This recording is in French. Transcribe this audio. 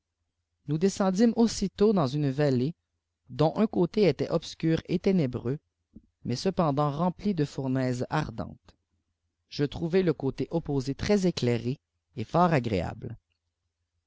rîous descendîm aussitôt dans une vallée dont un côté était obscur et ténébreux mais cependjpt rempli de fournaises ardentes je trouvai le côté opposé très éclair et fort agréable